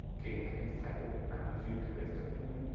king pepins title, and hugh capets clayme,